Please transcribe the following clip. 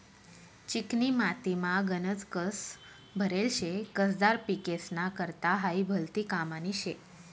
चिकनी मातीमा गनज कस भरेल शे, कसदार पिकेस्ना करता हायी भलती कामनी शे